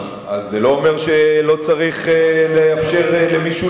אז זה לא אומר שלא צריך לאפשר למישהו